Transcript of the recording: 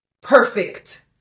perfect